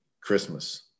Christmas